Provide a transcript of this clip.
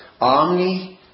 omni